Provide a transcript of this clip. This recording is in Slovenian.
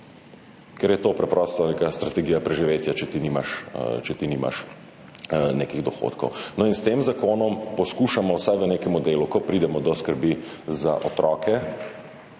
ker je to preprosto neka strategija preživetja, če ti nimaš nekih dohodkov. S tem zakonom poskušamo vsaj v nekem delu, ko pridemo do skrbi za otroke,